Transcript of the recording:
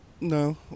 no